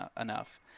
enough